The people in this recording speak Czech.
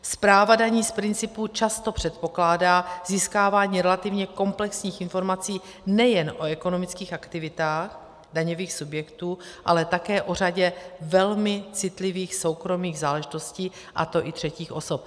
Správa daní z principu často předpokládá získávání relativně komplexních informací nejen o ekonomických aktivitách daňových subjektů, ale také o řadě velmi citlivých soukromých záležitostí, a to i třetích osob.